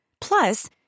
Plus